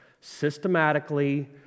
systematically